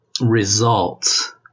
results